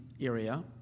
area